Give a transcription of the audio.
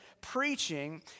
preaching